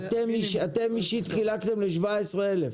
אתם אישית חילקתם ל-17 אלף?